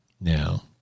Now